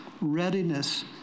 readiness